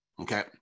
okay